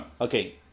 Okay